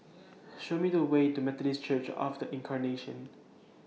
Show Me The Way to Methodist Church of The Incarnation